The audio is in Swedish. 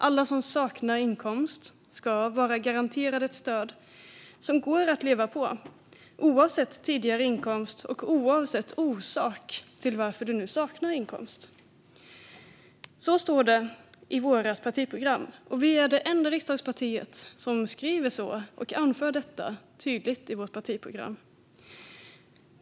Alla som saknar inkomst ska vara garanterade ett stöd som går att leva på oavsett tidigare inkomst och oavsett orsak till att du saknar inkomst. Så står det i vårt partiprogram. Vi är det enda riksdagspartiet som anför detta tydligt i vårt partiprogram.